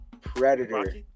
Predator